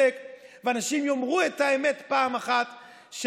ואנשים יאמרו את האמת פעם אחת,